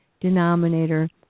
denominator